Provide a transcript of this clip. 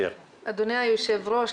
אדוני היושב ראש,